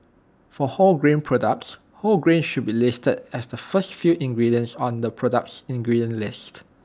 for wholegrain products whole grain should be listed as the first few ingredients on the product's ingredients list